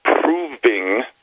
proving